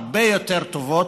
הרבה יותר טובות,